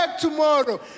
tomorrow